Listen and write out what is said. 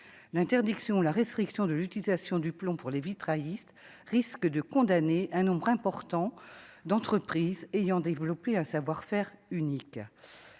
d'interdiction, la restriction de l'utilisation du plomb pour les vitrailliste risque de condamner un nombre important d'entreprises ayant développé un savoir-faire unique,